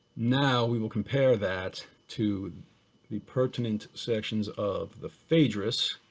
now we will compare that to the pertinent sections of the phaedrus,